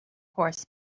horse